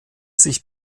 sich